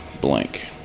blank